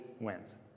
wins